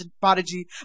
prodigy